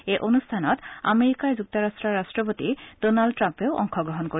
এই অনুষ্ঠানত আমেৰিকা যুক্তৰাট্টৰ ৰাট্টপতি ডনাল্ড টাম্পে অংশ গ্ৰহণ কৰিব